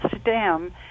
stem